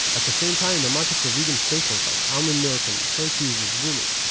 at the same time, the market for vegan staples, like almond milk and soy cheese, is booming.